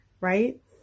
right